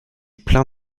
plein